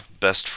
best